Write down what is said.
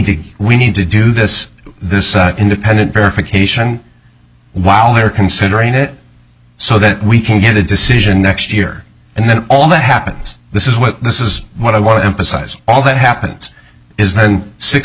to we need to do this this independent verification while they are considering it so that we can get a decision next year and then all that happens this is what this is what a i want to emphasize all that happens is that six